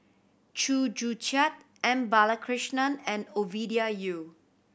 Chew Joo Chiat M Balakrishnan and Ovidia Yu